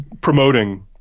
promoting